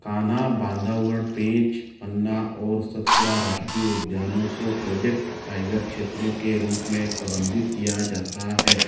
कान्हा बांधवगढ़ पेंच पन्ना और सतपुड़ा राष्ट्रीय उद्यानों को प्रोजेक्ट टाइगर क्षेत्रों के रूप में प्रबंधित किया जाता है